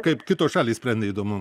kaip kitos šalys sprendė įdomu